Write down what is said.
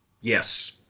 Yes